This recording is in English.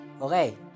okay